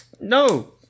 No